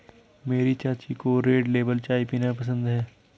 मेरी चाची को रेड लेबल चाय पीना पसंद है